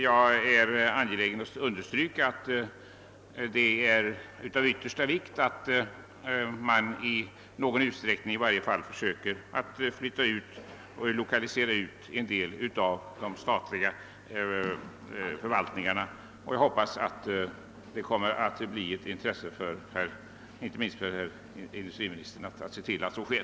Jag är angelägen understryka att det är av yttersta vikt att en del av de statliga förvaltningarna flyttas ut, och jag hoppas att inte minst industriministern ser till att så sker.